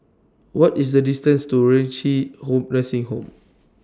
What IS The distance to Renci Nursing Home